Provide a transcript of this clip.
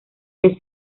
que